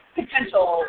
potential